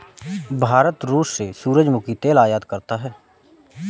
भारत रूस से सूरजमुखी तेल आयात करता हैं